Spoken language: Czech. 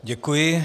Děkuji.